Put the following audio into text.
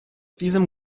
diesem